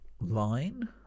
Line